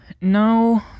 No